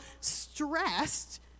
stressed